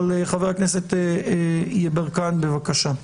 חבר הכנסת יברקן, בבקשה.